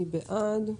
מי בעד?